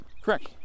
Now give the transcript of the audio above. Correct